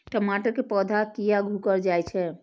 टमाटर के पौधा किया घुकर जायछे?